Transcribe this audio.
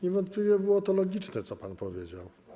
Niewątpliwie było to logiczne, co pan powiedział.